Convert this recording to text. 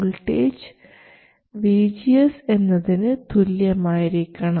voltage vgs എന്നതിന് തുല്യമായിരിക്കണം